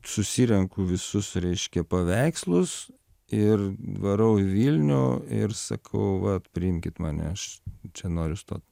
susirenku visus reiškia paveikslus ir varau į vilnių ir sakau vat priimkit mane aš čia noriu stot